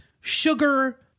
sugar